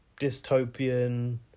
dystopian